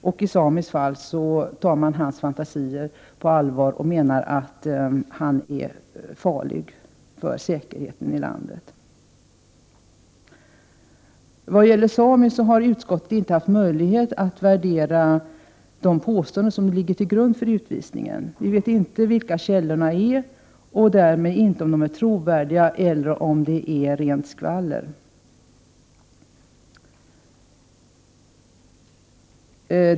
Och i Samis fall tar man hans fantasier på allvar och menar att han är farlig för säkerheten i landet. När det gäller Sami har utskottet inte haft möjlighet att värdera de påståenden som ligger till grund för utvisningen. Vi vet inte vilka källorna är, och därmed inte om de är trovärdiga eller om det är fråga om rent skvaller.